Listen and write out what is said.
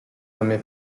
nommés